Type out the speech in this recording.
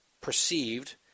perceived